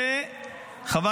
שחבל